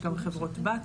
יש גם חברות בת,